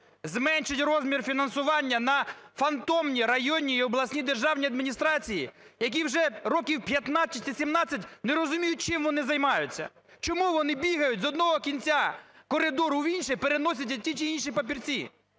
Зменшіть розмір фінансування на фантомні районні і обласні державні адміністрації, які вже років 15 чи 17 не розуміють, чим вони займаються. Чому вони бігають з одного кінця коридору в інший, переносячи ті чи інші папірці?